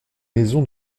maison